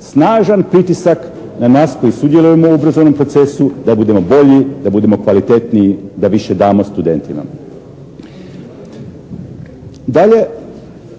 snažan pritisak na nas koji sudjelujemo u obrazovnom procesu da budemo bolji, da budemo kvalitetniji, da više damo studentima. Dalje,